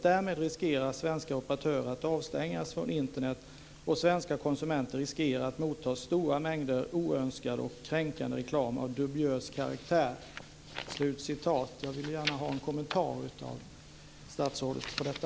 Därmed riskerar svenska operatörer att avstängas från Internet och svenska konsumenter riskerar att motta stora mängder oönskad och kränkande reklam av dubiös karaktär." Jag vill gärna ha en kommentar av statsrådet till detta.